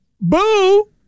boo